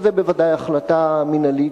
שזו בוודאי החלטה מינהלית,